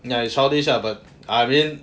ya is childish ah but I mean